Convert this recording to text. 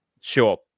Sure